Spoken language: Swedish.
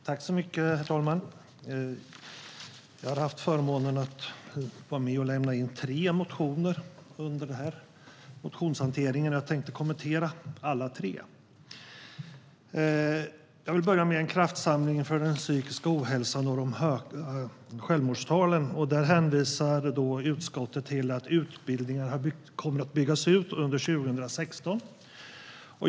Herr talman! Jag har haft förmånen att få väcka tre motioner under motionstiden, och jag tänker kommentera alla tre. Jag vill börja med motionen om en kraftsamling mot den psykiska ohälsan och de höga självmordstalen. Där hänvisar utskottet till att utbildningar kommer att byggas ut under 2016.